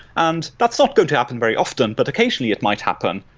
and that's not going to happen very often. but occasionally, it might happen.